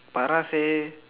para say